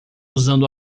usando